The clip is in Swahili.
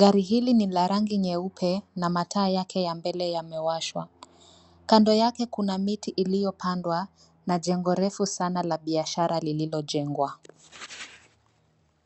Gari hili ni la rangi nyeupe na mataa yake ya mbele yamewashwa. Kando yake kuna miti iliyopandwa na jengo refu sana la biashara lililojengwa.